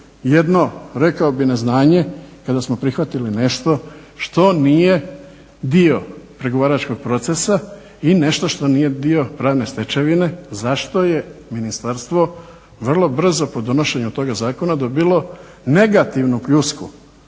jedno rekao bi neznanje kada smo prihvatili nešto što nije dio i nešto što nije dio pravne stečevine, za što je ministarstvo vrlo brzo po donošenju toga zakona dobilo negativnu pljusku